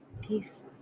Peace